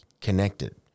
connected